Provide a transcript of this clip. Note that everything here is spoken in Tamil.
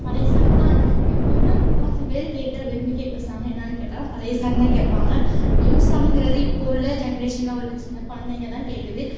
பழையை சாங் தான் இப்போ உள்ளே முக்கால்வாசிப் பேர் கேட்குற விரும்பி கேட்குற சாங்கு என்னெனு கேட்டால் பழையை சாங் தான் கேட்பாங்க நியூ சாங்கிறது இப்போ உள்ளே ஜென்ரேஷனில் உள்ளே சின்னக் குழந்தைங்க தான் கேட்குது